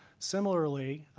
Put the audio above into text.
similarly,